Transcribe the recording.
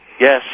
Yes